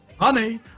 Honey